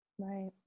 Right